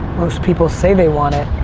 most people say they want it,